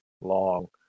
long